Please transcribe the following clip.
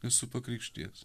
esu pakrikštijęs